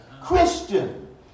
Christian